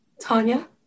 Tanya